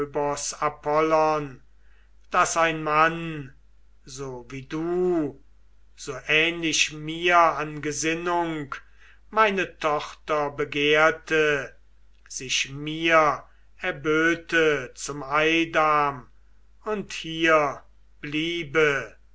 daß ein mann so wie du so ähnlich mir an gesinnung meine tochter begehrte sich mir erböte zum eidam und hier bliebe